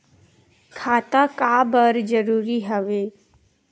खाता का बर जरूरी हवे?